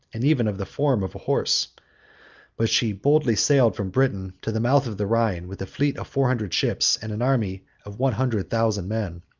and even of the form, of a horse but she boldly sailed from britain to the mouth of the rhine, with a fleet of four hundred ships, and an army of one hundred thousand men.